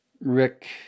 Rick